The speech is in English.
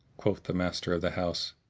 quoth the master of the house,